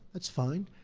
that's fine,